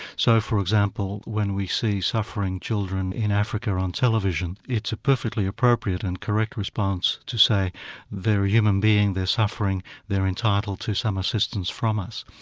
so for example, when we see suffering children in africa on television, it's a perfectly appropriate and correct response to say they're a human being, they're suffering, they're entitled to some assistance from us.